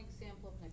example